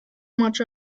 much